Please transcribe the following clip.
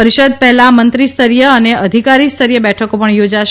પરિષદ પહેલાં મંત્રીસ્તરીય અને અધિકારી સ્તરીય બેઠકો પણ યોજાશે